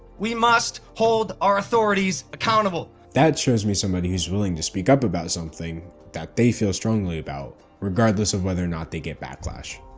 we must hold our authorities accountable. that shows me somebody who's willing to speak up about something that they feel strongly about, regardless of whether or not they get backlash.